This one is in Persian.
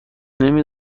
نمی